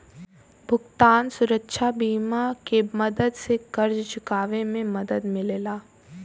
भुगतान सुरक्षा बीमा के मदद से कर्ज़ चुकावे में मदद मिलेला